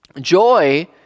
Joy